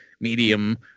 medium